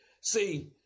See